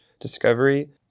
discovery